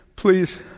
Please